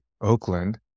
Oakland